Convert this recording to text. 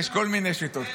יש כל מיני שיטות.